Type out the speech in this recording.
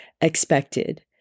expected